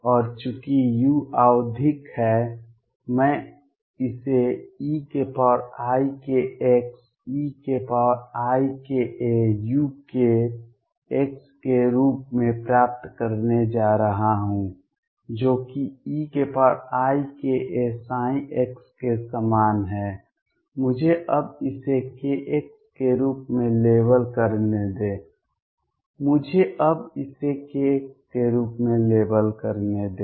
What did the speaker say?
और चूंकि u आवधिक हैं मैं इसे eikxeikauk के रूप में प्राप्त करने जा रहा हूं जो कि eikaψ के समान है मुझे अब इसे k x के रूप में लेबल करने दें मुझे अब इसे k x के रूप में लेबल करने दें